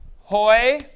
Hoy